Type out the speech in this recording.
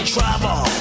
trouble